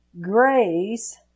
Grace